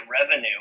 revenue